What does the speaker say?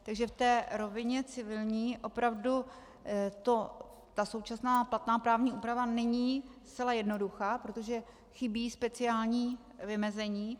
Takže v té rovině civilní opravdu současná platná právní úprava není zcela jednoduchá, protože chybí speciální vymezení.